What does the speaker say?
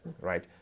Right